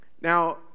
Now